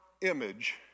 image